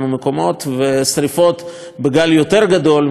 ושרפות בגל יותר גדול ממה שהיה,